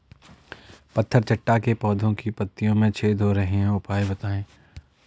पत्थर चट्टा के पौधें की पत्तियों में छेद हो रहे हैं उपाय बताएं?